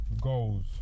goals